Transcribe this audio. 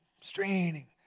Straining